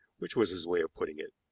which was his way of putting it.